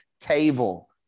table